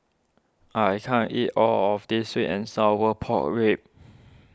I can't eat all of this Sweet and Sour Pork Ribs